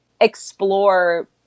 explore